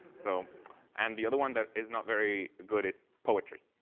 so and the other one that is not very good is poetry.